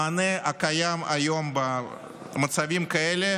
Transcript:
המענה הקיים היום במצבים כאלה